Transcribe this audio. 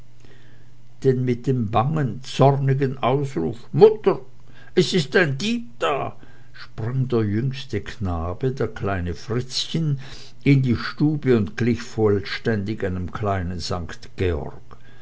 denn mit dem bangen zornigen ausruf mutter es ist ein dieb da sprang der jüngste knabe der kleine fritzchen in die stube und glich vollständig einem kleinen sankt georg